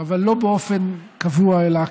אבל לא באופן קבוע אלא